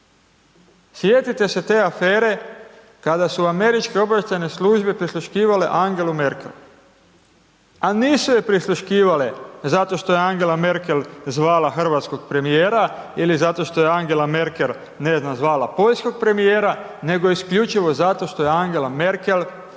Sjetite se te afere kada su američke obavještajne službe prisluškivale Angelu Merkel, a nisu je prisluškivale zato što je Angela Merkel zvala hrvatskog premijera ili zato što je Angela Merkel, ne znam, zvala poljskog premijera, nego isključivo zato što je Angela Merkel